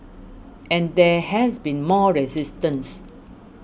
and there has been more resistance